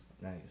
Nice